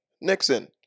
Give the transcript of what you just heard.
Nixon